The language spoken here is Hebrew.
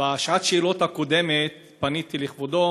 בשעת השאלות הקודמת פניתי לכבודו